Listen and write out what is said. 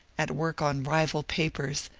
at work on rival papers,